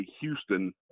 Houston